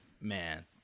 man